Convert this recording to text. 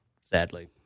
sadly